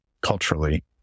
culturally